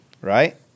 right